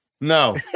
No